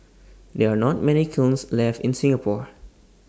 there are not many kilns left in Singapore